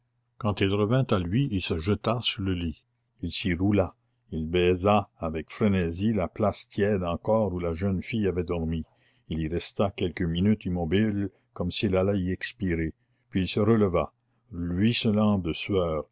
quand il revint à lui il se jeta sur le lit il s'y roula il baisa avec frénésie la place tiède encore où la jeune fille avait dormi il y resta quelques minutes immobile comme s'il allait y expirer puis il se releva ruisselant de sueur